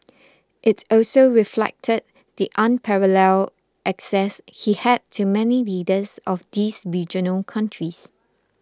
it also reflected the unparalleled access he had to many leaders of these regional countries